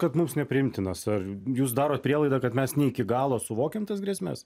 kad mums nepriimtinas ar jūs darot prielaidą kad mes ne iki galo suvokiam tas grėsmes